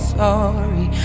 sorry